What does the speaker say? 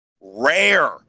rare